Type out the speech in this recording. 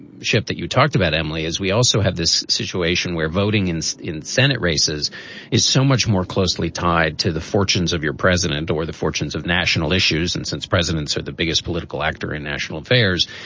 and ship that you talked about, emily, is we also had this situation where voting is so in senate races is so much more closely tied to the fortunes of your president or the fortunes of national issues. and since presidents are the biggest political actor in national affairs,